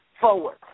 forward